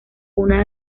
una